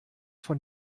von